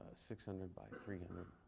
six hundred by three hundred